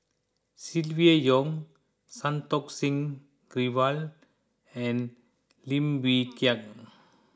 Silvia Yong Santokh Singh Grewal and Lim Wee Kiak